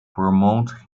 promote